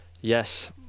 yes